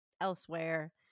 elsewhere